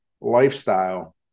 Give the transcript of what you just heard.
lifestyle